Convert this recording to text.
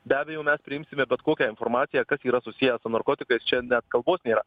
be abejo mes priimsime bet kokią informaciją kad yra susiję su narkotikais čia net kalbos nėra